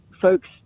folks